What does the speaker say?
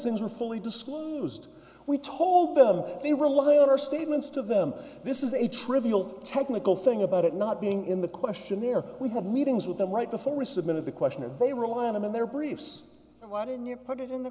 things were fully disclosed we told them they rely on our statements to them this is a trivial technical thing about it not being in the questionnaire we have meetings with them right before we submitted the question or they were out of their briefs why didn't your put it in the